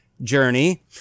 journey